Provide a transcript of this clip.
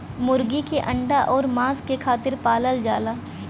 मुरगी के अंडा अउर मांस खातिर पालल जाला